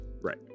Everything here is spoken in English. Right